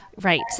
Right